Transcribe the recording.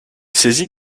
saisi